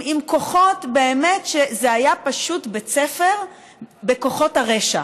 עם כוחות, באמת, זה היה פשוט בית ספר לכוחות הרשע.